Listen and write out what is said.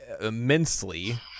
immensely